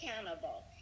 accountable